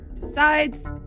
decides